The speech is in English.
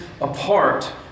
apart